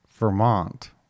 Vermont